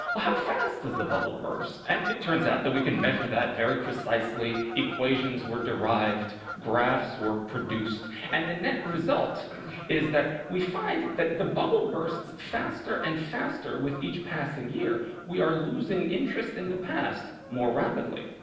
well how fast does the bubble burst? and it turns out that we can measure that very precisely. equations were derived, graphs were produced, and the net result is that we find that the bubble bursts faster and faster with each passing year. we are losing interest in the past more rapidly.